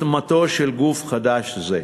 הקמתו של גוף חדש זה.